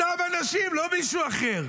אותם אנשים, לא מישהו אחר.